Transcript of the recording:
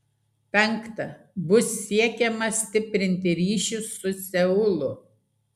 penkta bus siekiama stiprinti ryšius su seulu